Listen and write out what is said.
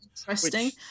Interesting